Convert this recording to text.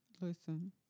Listen